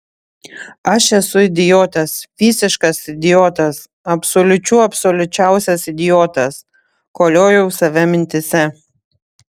aš esu idiotas visiškas idiotas absoliučių absoliučiausias idiotas koliojau save mintyse